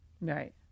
Right